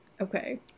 okay